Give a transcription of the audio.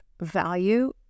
value